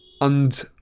And